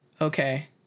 okay